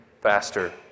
faster